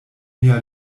mia